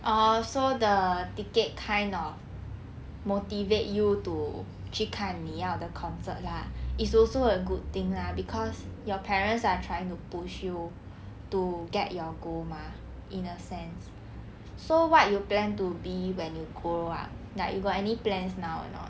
orh so the ticket kind of motivate you to 去看你要的 concert lah it's also a good thing lah cause your parents are trying to push you to get your goal mah in a sense so what you plan to be when you grow up like you got any plans now or not